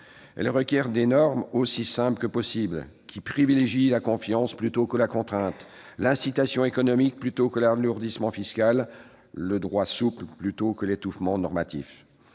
elle requiert des normes aussi simples que possible, qui privilégient la confiance plutôt que la contrainte, l'incitation économique plutôt que l'alourdissement fiscal, le droit souple plutôt que l'étouffement normatif